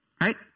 right